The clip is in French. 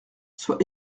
soit